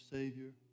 Savior